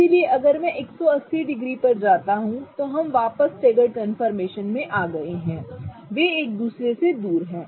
इसलिए अगर मैं 180 डिग्री पर जाता हूं तो हम वापस स्टेगर्ड कंफर्मेशन में आ गए हैं वे एक दूसरे से दूर हैं